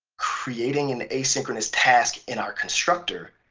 creating an asynchronous task in our constructor,